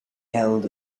held